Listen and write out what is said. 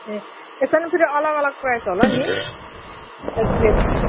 ए त्यसमा नि फेरि अलग अलग प्राइस होला नि एक प्लेटको